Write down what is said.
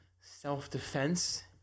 self-defense